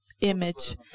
image